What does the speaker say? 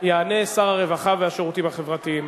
יענה שר הרווחה והשירותים החברתיים.